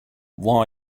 why